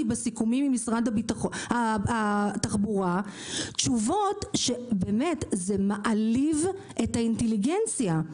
בסיכומים עם משרד התחבורה; תשובות שמעליבות את האינטליגנציה.